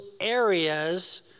areas